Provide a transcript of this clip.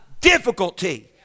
difficulty